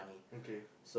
okay